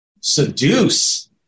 seduce